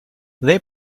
they